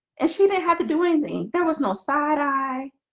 and she they had to do anything. there was no side. i